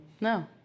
No